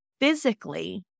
physically